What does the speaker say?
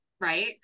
Right